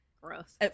Gross